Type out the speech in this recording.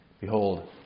Behold